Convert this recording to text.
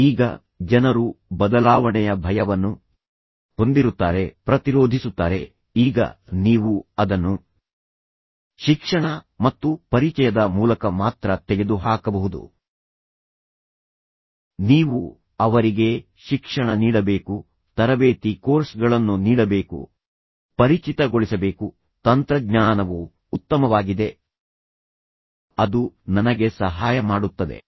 ಈಗ ಜನರು ಬದಲಾವಣೆಯ ಭಯವನ್ನು ಹೊಂದಿರುತ್ತಾರೆ ಪ್ರತಿರೋಧಿಸುತ್ತಾರೆ ಈಗ ನೀವು ಅದನ್ನು ಶಿಕ್ಷಣ ಮತ್ತು ಪರಿಚಯದ ಮೂಲಕ ಮಾತ್ರ ತೆಗೆದುಹಾಕಬಹುದು ನೀವು ಅವರಿಗೆ ಶಿಕ್ಷಣ ನೀಡಬೇಕು ತರಬೇತಿ ಕೋರ್ಸ್ಗಳನ್ನು ನೀಡಬೇಕು ಪರಿಚಿತಗೊಳಿಸಬೇಕು ತಂತ್ರಜ್ಞಾನವು ಉತ್ತಮವಾಗಿದೆ ಅದು ನನಗೆ ಸಹಾಯ ಮಾಡುತ್ತದೆ